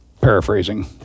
Paraphrasing